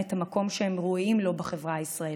את המקום שהם ראויים לו בחברה הישראלית.